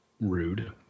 rude